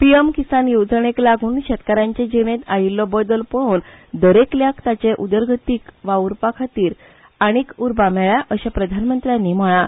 पीएम किसान येवजणेक लागून शेतकारांचे जिणेंत आयिल्लो बदल पळोवन दरेकल्याक तांचे उदरगतीक वाव्रपाखातीर आनीक उर्बा मेळळ्या अशें प्रधानमंत्र्यांनी म्हणलां